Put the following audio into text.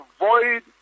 avoid